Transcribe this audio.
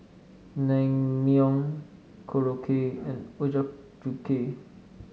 Naengmyeon Korokke and Ochazuke